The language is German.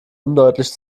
undeutlich